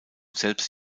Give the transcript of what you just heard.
selbst